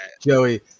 Joey